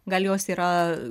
gal jos yra